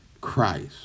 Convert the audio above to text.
Christ